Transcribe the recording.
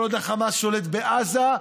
כל עוד החמאס שולט בעזה,